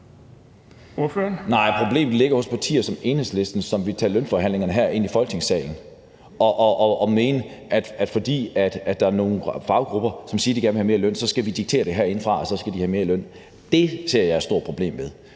problemet ligger hos partier som Enhedslisten, som vil tage lønforhandlingerne herinde i Folketingssalen og mener, at fordi der er nogle faggrupper, som siger, de gerne vil have mere i løn, så skal vi diktere herindefra, at de skal have mere i løn. Det ser jeg et stort problem ved.